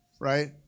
right